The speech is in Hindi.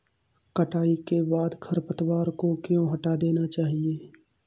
कटाई के बाद खरपतवार को क्यो हटा देना चाहिए?